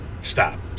stop